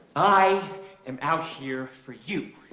i am out here for you!